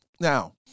Now